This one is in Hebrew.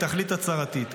היא תכלית הצהרתית.